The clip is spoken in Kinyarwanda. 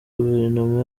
guverinoma